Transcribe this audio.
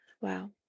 Wow